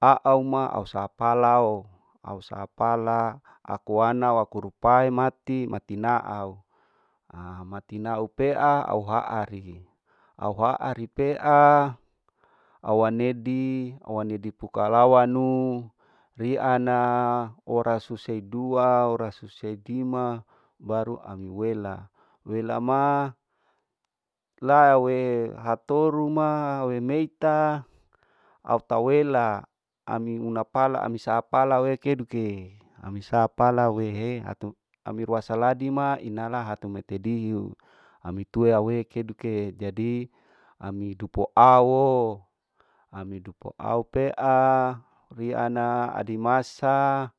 aau ma au sapalao, au sapala aku anau aku rupai mati, mati na au, ha mati au pea au ahari, au ahari pea au anedi, au anedi pukalawanu riana ora susei dua ora susi tima baru ami wela, wela ma lauwe hatoru ma we meita au tawela ami wapala, ami sapala we keduke ami sapala rehe atu, ami rua saladi ma inala hatu mete dihiu ami tuhe awe keduke jadi ami dupe auo ami dupo au pea riana adi masa.